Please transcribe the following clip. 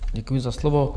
Děkuji za slovo.